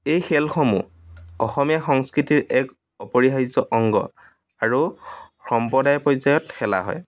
এই খেলসমূহ অসমীয়া সংস্কৃতিৰ এক অপৰিহাৰ্য অংগ আৰু সম্প্ৰদায় পৰ্যায়ত খেলা হয়